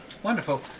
Wonderful